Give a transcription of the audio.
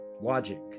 Logic